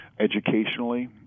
educationally